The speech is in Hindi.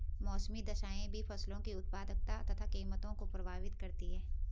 मौसमी दशाएं भी फसलों की उत्पादकता तथा कीमतों को प्रभावित करती है